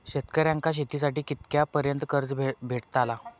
शेतकऱ्यांका शेतीसाठी कितक्या पर्यंत कर्ज भेटताला?